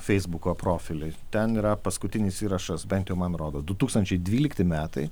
feisbuko profilį ten yra paskutinis įrašas bent jau man rodos du tūkstančiai dvylikti metai